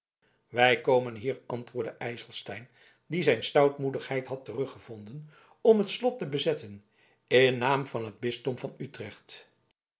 wij komen hier antwoordde ijselstein die zijn stoutmoedigheid had teruggevonden om het slot te bezetten in naam van het bisdom van utrecht